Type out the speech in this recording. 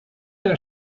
der